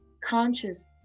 conscious